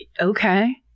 okay